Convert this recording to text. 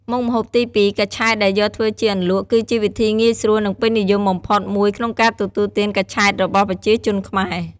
មុខម្ហូបទីពីរ កញ្ឆែតដែលយកធ្វើជាអន្លក់ គឺជាវិធីងាយស្រួល និងពេញនិយមបំផុតមួយក្នុងការទទួលទានកញ្ឆែតរបស់ប្រជាជនខ្មែរ។